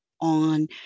on